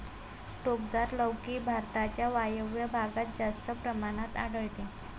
टोकदार लौकी भारताच्या वायव्य भागात जास्त प्रमाणात आढळते